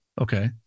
Okay